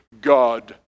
God